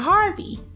Harvey